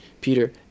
Peter